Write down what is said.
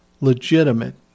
legitimate